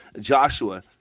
Joshua